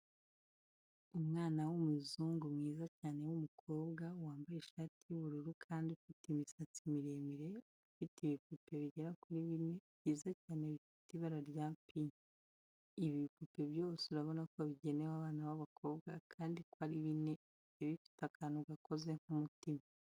Umwana w'umuzungu mwiza cyane w'umukobwa wambaye ishati y'ubururu kandi ufite imisatsi miremire, afite ibipupe bigera kuri bine byiza cyane bifite ibara rya pinki. Ibi bipupe byose urabona ko bigenewe abana b'abakobwa kandi uko ari bine bigiye bifite akantu gakoze nk'umutima.